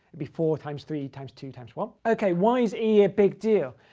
be four times three times two times one. okay, why is e a big deal?